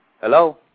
Hello